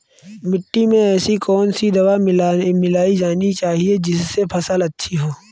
मिट्टी में ऐसी कौन सी दवा मिलाई जानी चाहिए जिससे फसल अच्छी हो?